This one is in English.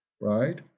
right